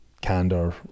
candor